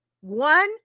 one